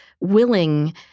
willing